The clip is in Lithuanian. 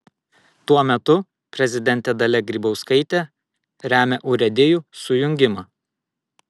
tuo metu prezidentė dalia grybauskaitė remia urėdijų sujungimą